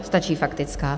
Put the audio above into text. Stačí faktická.